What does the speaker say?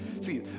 See